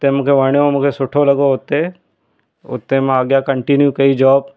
हुते मूंखे वणियो मूंखे सुठो लॻो हुते उते मां अॻियां कंटिन्यू कई जॉब